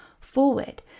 forward